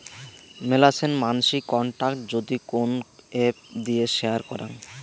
মেলাছেন মানসি কন্টাক্ট যদি কোন এপ্ দিয়ে শেয়ার করাং